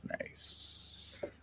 Nice